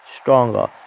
stronger